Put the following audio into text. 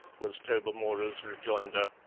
was tobermory's rejoinder.